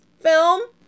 film